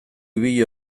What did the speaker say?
ibili